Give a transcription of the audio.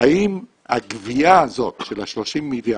האם הגבייה הזו של ה-30 מיליארד,